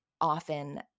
often